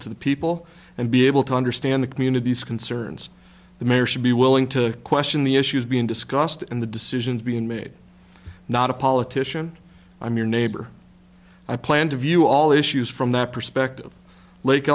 to the people and be able to understand the community's concerns the mayor should be willing to question the issues being discussed and the decisions being made not a politician i'm your neighbor i plan to view all issues from that perspective lake